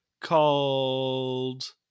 called